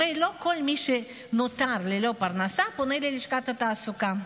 הרי לא כל מי שנותר ללא פרנסה פונה ללשכת התעסוקה.